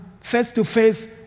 face-to-face